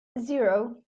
zero